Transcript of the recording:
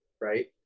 right